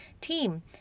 team